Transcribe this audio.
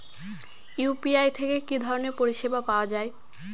UPI থেকে কি ধরণের পরিষেবা পাওয়া য়ায়?